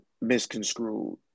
misconstrued